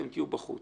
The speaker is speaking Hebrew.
אתם תהיו בחוץ.